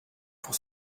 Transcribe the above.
pour